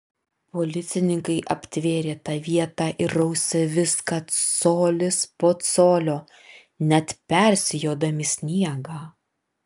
policininkai aptvėrė tą vietą ir rausė viską colis po colio net persijodami sniegą